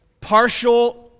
partial